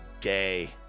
gay